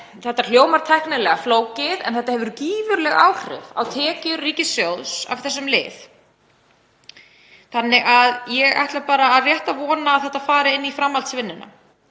þetta hljómar tæknilega flókið en þetta hefur gífurleg áhrif á tekjur ríkissjóðs af þessum lið. Ég ætla rétt að vona að þetta fari inn í framhaldsvinnuna.